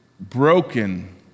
Broken